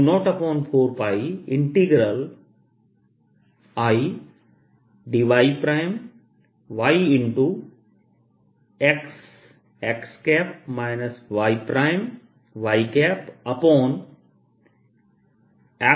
यहां पर r x दिशा में x तथा r y दिशा में y है